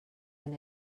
and